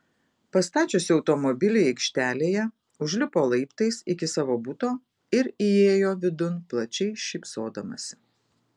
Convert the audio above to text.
pastačiusi automobilį aikštelėje užlipo laiptais iki savo buto ir įėjo vidun plačiai šypsodamasi